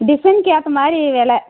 டிசைனுக்கு ஏற்ற மாதிரி வில